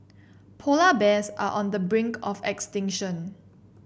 polar bears are on the brink of extinction